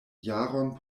jaron